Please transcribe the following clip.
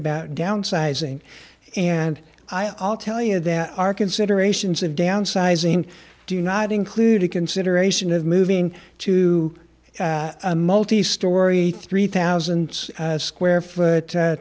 about downsizing and i'll tell you there are considerations of downsizing do not include the consideration of moving to a multi story three thousand square foot